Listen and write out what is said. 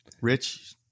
Rich